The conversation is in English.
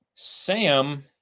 Sam